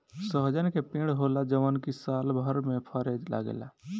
सहजन के पेड़ होला जवन की सालभर में फरे लागेला